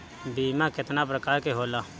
बीमा केतना प्रकार के होला?